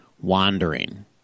wandering